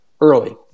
early